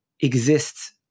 exists